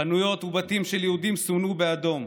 חנויות ובתים של יהודים סומנו באדום,